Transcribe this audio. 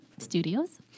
Studios